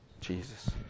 Jesus